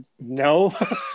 no